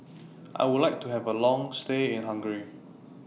I Would like to Have A Long stay in Hungary